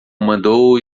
mandou